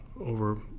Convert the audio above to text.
over